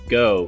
go